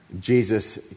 Jesus